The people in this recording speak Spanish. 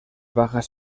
bajas